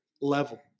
level